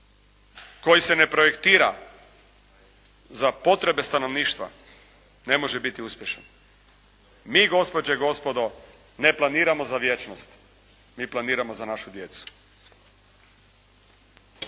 koji se ne projektira za potrebe stanovništva, ne može biti uspješan. Mi, gospođe i gospodo, ne planiramo za vječnost, mi planiramo za našu djecu.